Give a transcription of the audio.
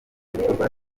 ibikorwa